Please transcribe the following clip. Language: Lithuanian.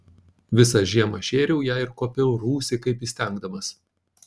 visą žiemą šėriau ją ir kuopiau rūsį kaip įstengdamas